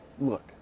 Look